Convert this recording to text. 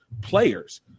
players